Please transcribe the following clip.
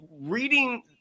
reading